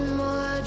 more